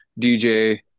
DJ